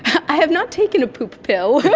i have not taken a poop pill.